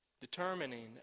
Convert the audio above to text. determining